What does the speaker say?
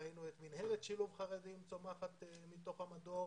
ראינו את מינהלת שילוב חרדים צומחת מתוך המדור